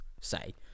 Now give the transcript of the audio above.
say